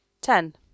Ten